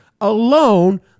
alone